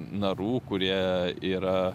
narų kurie yra